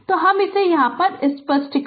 तो हम इसे यहाँ स्पष्ट कर दे